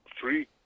three